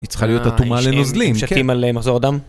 היא צריכה להיות אטומה לנוזלים, כן.